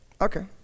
Okay